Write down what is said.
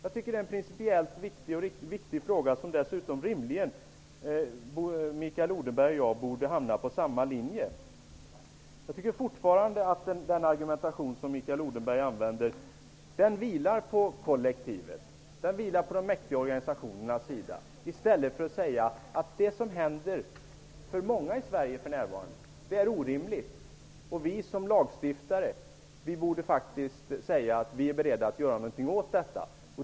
Detta är en principellt viktig fråga där Mikael Odenberg och jag rimligen borde hamna på samma linje. Jag tycker fortfarande att Mikael Odenbergs argumentation vilar på kollektivets, på de mäktiga organisationernas sida. I stället borde Mikael Odenberg säga att det som händer många i Sverige är orimligt. Vi som lagstiftare borde vara beredda att göra någonting åt saken.